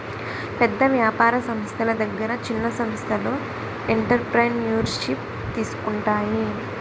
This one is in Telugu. పెద్ద వ్యాపార సంస్థల దగ్గర చిన్న సంస్థలు ఎంటర్ప్రెన్యూర్షిప్ తీసుకుంటాయి